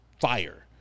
fire